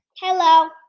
Hello